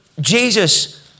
Jesus